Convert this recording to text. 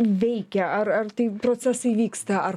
veikia ar ar tai procesai vyksta ar